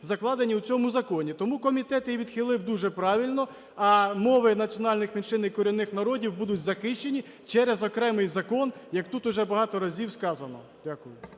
закладені у цьому законі. Тому комітет її відхилив дуже правильно. А мови національних меншин і корінних народів будуть захищені через окремий закон, як тут уже багато разів сказано. Дякую.